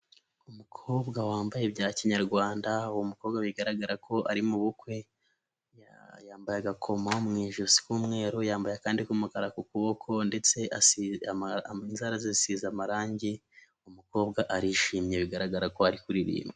Umukobwa wambaye bya kinyarwanda, uwo mukobwa bigaragara ko ari mu bukwe. Yambaye agakoma mu ijosi k'umweru yambaye akandi k'umukara ku kuboko ndetse inzara ze zisize amarangi. Umukobwa arishimye bigaragara ko ari kuririmba.